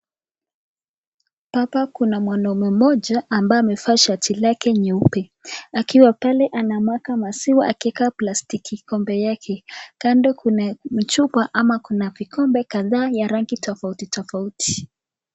Hapa kuna mwanaume mmoja ambaye amevaa shati lake nyeupe, akiwa pale anamwaga maziwa akieka plastiki kikombe yake. Kando kuna chupa ama kuna vikombe kadhaa ya rangi tofauti tofauti.